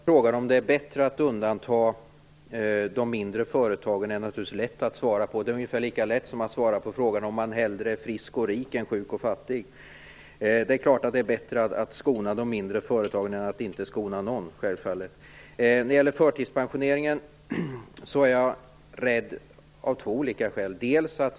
Fru talman! Det är lätt att svara på frågan om det är bättre att undanta de mindre företagen. Det är ungefär lika lätt som att svara på frågan om man hellre är frisk och rik än sjuk och fattig. Det är klart att det är bättre att skona de mindre företagen än att inte skona några. När det gäller förtidspensionering är jag av olika skäl rädd.